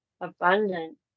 abundant